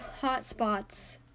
hotspots